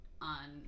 on